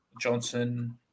Johnson